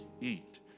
eat